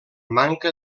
manca